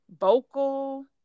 vocal